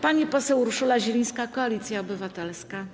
Pani poseł Urszula Zielińska, Koalicja Obywatelska.